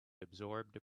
absorbed